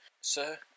Sir